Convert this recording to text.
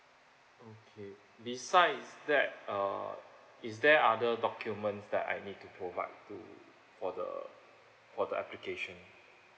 okay besides that uh is there other documents that I need to provide to for the for the application